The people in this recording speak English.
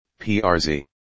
PRZ